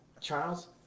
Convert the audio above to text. Charles